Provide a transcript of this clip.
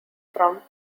from